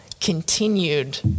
continued